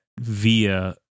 via